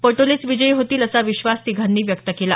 पटोलेच विजयी होतील असा विश्वास तिघांनी व्यक्त केला